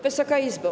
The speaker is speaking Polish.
Wysoka Izbo!